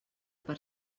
per